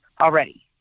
already